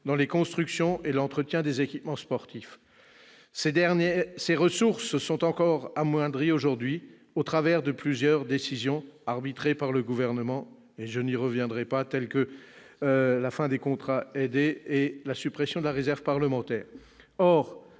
dans la construction et l'entretien des équipements sportifs. Ces ressources ont encore été amoindries au travers de plusieurs décisions arbitrées par le Gouvernement, sur lesquelles je ne m'étendrai pas, telles que la fin des contrats aidés et la suppression de la réserve parlementaire.